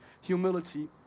humility